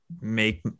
make